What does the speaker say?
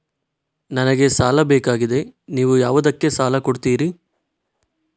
ನನಗೆ ಸಾಲ ಬೇಕಾಗಿದೆ, ನೀವು ಯಾವುದಕ್ಕೆ ಸಾಲ ಕೊಡ್ತೀರಿ?